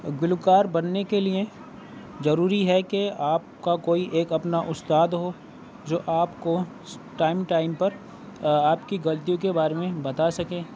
گلوکار بننے کے لٮٔے ضروری ہے کہ آپ کا کوئی ایک اپنا اُستاد ہو جو آپ کو ٹائم ٹائم پر آپ کی غلطیوں کے بارے میں بتا سکے